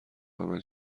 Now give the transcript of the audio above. اعمال